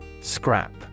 Scrap